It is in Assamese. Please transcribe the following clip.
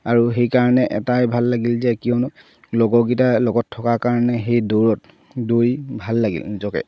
আৰু সেইকাৰণে এটাই ভাল লাগিল যে কিয়নো লগৰকিটাৰ লগত থকাৰ কাৰণে সেই দৌৰত দৌৰি ভাল লাগিল নিজকে